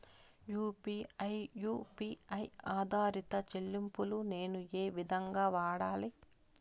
UPI U P I ఆధారిత చెల్లింపులు నేను ఏ విధంగా వాడాలి?